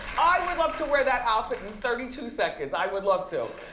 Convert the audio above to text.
i would love to wear that outfit in thirty two seconds, i would love to.